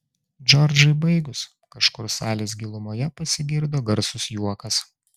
džordžai baigus kažkur salės gilumoje pasigirdo garsus juokas